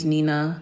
Nina